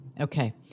Okay